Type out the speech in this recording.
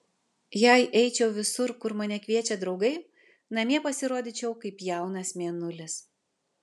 jei eičiau visur kur mane kviečia draugai namie pasirodyčiau kaip jaunas mėnulis